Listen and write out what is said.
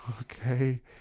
okay